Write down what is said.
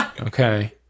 Okay